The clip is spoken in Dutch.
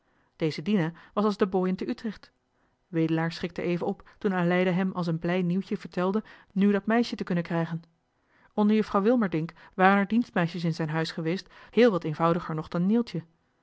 deze dina was als de bojen te utrecht wedelaar schrikte even op toen aleida hem als een blij nieuwtje vertelde nu dat meisje te kunnen krijgen onder juffrouw wilmerdink waren er dienstmeisjes in zijn huis geweest heel wat eenvoudiger nog dan neeltje